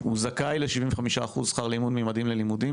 הוא זכאי ל-75% שכר לימודים "ממדים ללימודים",